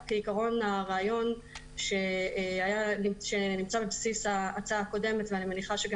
כעיקרון הרעיון שנמצא בבסיס ההצעה הקודמת ואני מניחה שגם